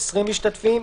20 משתתפים,